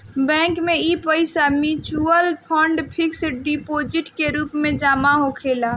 bank में इ पईसा मिचुअल फंड, फिक्स डिपोजीट के रूप में जमा होखेला